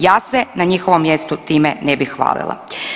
Ja se na njihovom mjestu time ne bih hvalila.